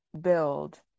build